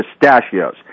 pistachios